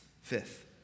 Fifth